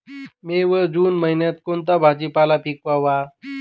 मे व जून महिन्यात कोणता भाजीपाला पिकवावा?